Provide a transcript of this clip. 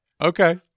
Okay